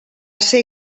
ser